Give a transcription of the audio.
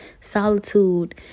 solitude